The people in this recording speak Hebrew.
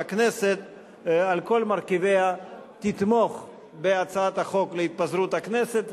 שהכנסת על כל מרכיביה תתמוך בהצעת החוק להתפזרות הכנסת,